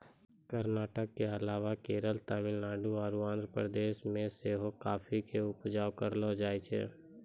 कर्नाटक के अलावा केरल, तमिलनाडु आरु आंध्र प्रदेश मे सेहो काफी के उपजा करलो जाय छै